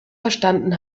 verstanden